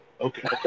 Okay